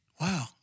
Wow